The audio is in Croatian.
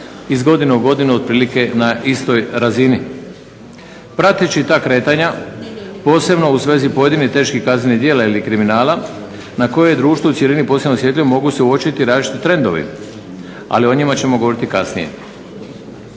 iz godine u godinu otprilike na istoj razini. Prateći ta kretanja posebno u svezi pojedinih teških kaznenih djela ili kriminala, na koje društvo u cjelini posebno osjetljivo mogu se uočiti različiti trendovi a o njima ćemo govoriti kasnije.